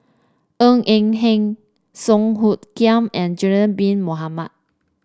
Ng Eng Hen Song Hoot Kiam and Zulkifli Bin Mohamed